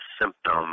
symptom